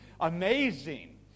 amazing